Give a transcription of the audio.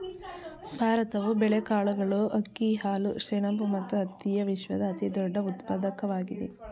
ಭಾರತವು ಬೇಳೆಕಾಳುಗಳು, ಅಕ್ಕಿ, ಹಾಲು, ಸೆಣಬು ಮತ್ತು ಹತ್ತಿಯ ವಿಶ್ವದ ಅತಿದೊಡ್ಡ ಉತ್ಪಾದಕವಾಗಿದೆ